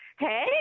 Hey